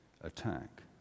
attack